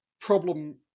problem